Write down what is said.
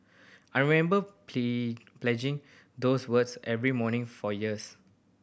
I remember pledging those words every morning for years